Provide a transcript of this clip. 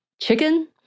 chicken